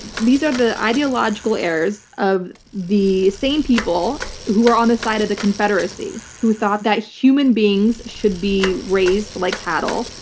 these are the ideological errors of the same people who were on the side of the confederacy, who thought that human beings should be raised like cattle,